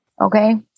Okay